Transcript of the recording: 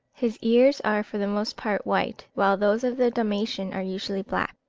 his ears are for the most part white, while those of the dalmatian are usually black.